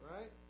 Right